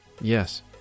Yes